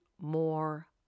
more